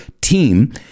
team